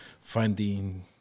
finding